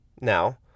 Now